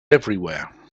everywhere